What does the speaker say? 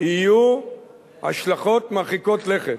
יהיו השלכות מרחיקות לכת.